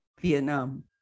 Vietnam